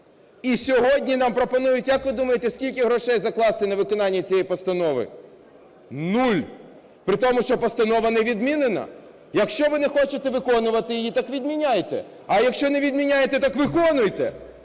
І сьогодні нам пропонують, як ви думаєте, скільки грошей закласти на виконання цієї постанови? Нуль. При тому, що постанова не відмінена. Якщо ви не хочете виконувати її, так відміняйте, а якщо не відміняєте, так виконуйте!